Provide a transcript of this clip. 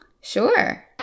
Sure